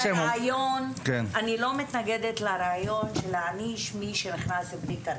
--- אני לא מתנגדת לרעיון של הענשתו של מי שנכנס ללא כרטיס.